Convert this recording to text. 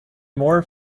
more